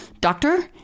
Doctor